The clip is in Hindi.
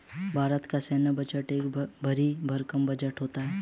भारत का सैन्य बजट एक भरी भरकम बजट होता है